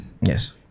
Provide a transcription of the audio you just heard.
yes